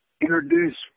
introduce